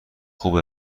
خوب